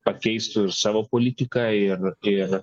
pakeistų ir savo politiką ir ir